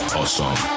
awesome